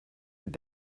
have